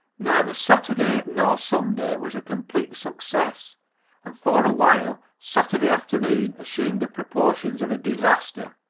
neither saturday nor sunday was a complete success and for a while saturday afternoon assumed the proportions of a disaster.